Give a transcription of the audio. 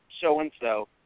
so-and-so